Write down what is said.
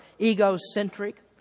egocentric